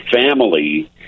family